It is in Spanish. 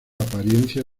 apariencia